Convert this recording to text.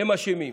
הם אשמים.